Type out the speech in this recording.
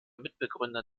mitbegründer